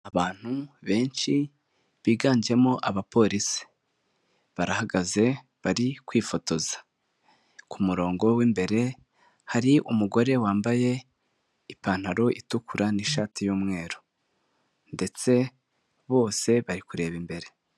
Abantu benshi biganjemo abapolisi, barahagaze bari kwifotoza, ku murongo w'imbere hari umugore wambaye ipantaro itukura n'ishati yu'umweru, ndetse bose bari kureba imbere.